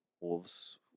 Wolves